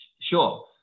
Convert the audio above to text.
Sure